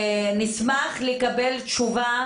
נשמח לקבל תשובה